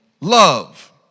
love